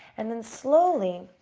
and then slowly,